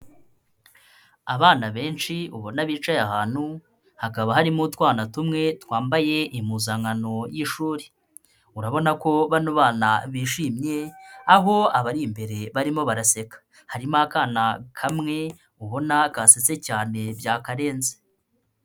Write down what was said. Abana benshi ubona bicaye ahantu, hakaba harimo utwana tumwe twambaye impuzankano y'ishuri. Urabona ko bano bana bishimye, aho abari imbere barimo baraseka. Harimo akana kamwe, ubona kasetse cyane byakarenze.